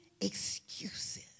excuses